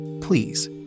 please